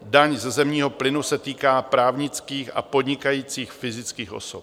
Daň ze zemního plynu se týká právnických a podnikajících fyzických osob.